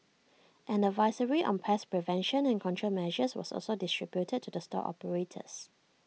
an advisory on pest prevention and control measures was also distributed to the store operators